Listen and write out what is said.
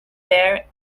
there